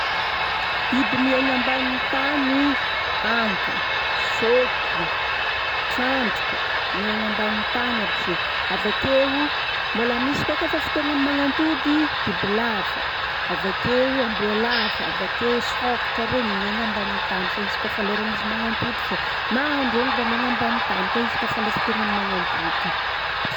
Biby miegna ambanin'ny tany: hankagna, sokiny, trandraka. Miaigna ambanin'ny tany aby zegny. Avakeo mbola misy ko ka fa fotoagnany magnantody, bibilava, avakeo amboalava, avakeo sokatra regny. Miegna ambanin'ny tany fa izy ka fa leran'izy magnantody fô na andrôngo mba miegna ambanin'ny tany fa ko fa le fotoagnany magnantody.